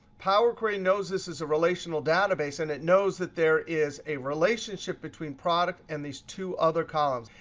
power query knows this is a relational database, and it knows that there is a relationship between product and these two other columns.